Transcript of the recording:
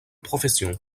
profession